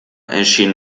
erschien